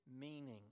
meaning